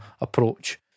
approach